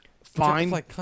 Fine